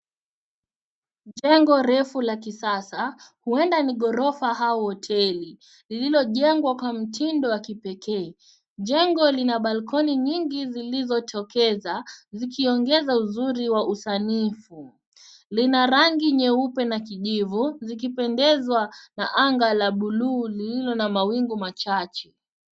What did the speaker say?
Jengo refu la kisasa, hueda ni ghorofa au hoteli lililojengwa kwa mtindo wa kipekee. Jengo lina balkoni nyingi zilizotokeza, zikiongeza uzuri wa usanifu. Lina rangi nyeupe na kijivu zikipendezwa na anga la buluu lililo na mawingu machache.